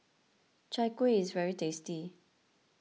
Chai Kuih is very tasty